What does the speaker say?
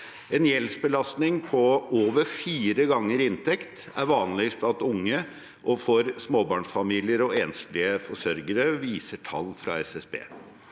En gjeldsbelastning på over fire ganger inntekten er vanlig blant unge, småbarnsfamilier og enslige forsørgere, viser tall fra SSB.